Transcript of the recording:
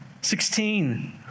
Sixteen